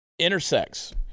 Intersex